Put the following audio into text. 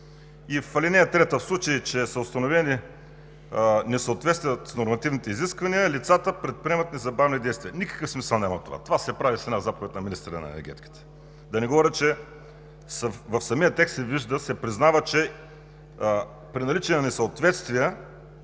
И в ал. 3: „В случай че са установени несъответствия с нормативните изисквания, лицата предприемат незабавни действия“ – никакъв смисъл няма това. Това се прави с една заповед на министъра на енергетиката. Да не говоря, че в самия текст се признава, че при наличие на несъответствия